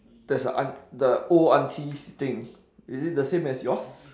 there's a aunt the old auntie sitting is it the same as yours